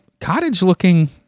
Cottage-looking